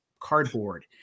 cardboard